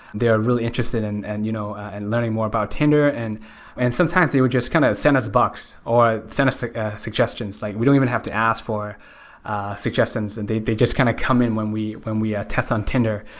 they're really interested in and you know and learning more about tinder. and and sometimes they would just kind of send us or send us ah ah suggestions, like we don't even have to ask for suggestions. and they they just kind of come in when we when we ah test on tinder.